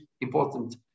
important